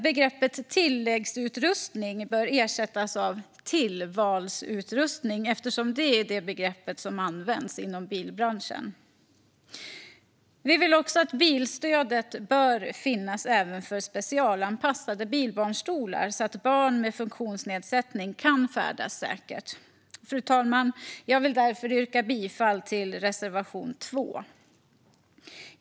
Begreppet tilläggsutrustning bör ersättas av tillvalsutrustning, eftersom det är det begrepp som används inom bilbranschen. Vi vill att bilstödet ska finnas även för specialanpassade bilbarnstolar, så att barn med funktionsnedsättning kan färdas säkert. Jag vill därför yrka bifall till reservation 2, fru talman.